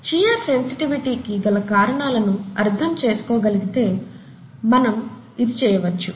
shear sensitivity కి గల కారణాలను అర్థం చేసుకోగలిగితే మనం ఇది చేయవచ్చు